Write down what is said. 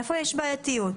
איפה הבעייתיות?